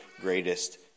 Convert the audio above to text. greatest